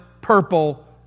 purple